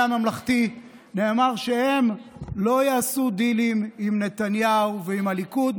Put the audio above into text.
הממלכתי שהם לא יעשו דילים עם נתניהו ועם הליכוד.